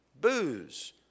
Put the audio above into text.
Booze